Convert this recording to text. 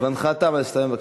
זמנך תם, תסיים בבקשה.